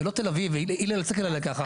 זה לא תל אביב, הלל אל תסתכל עליי ככה.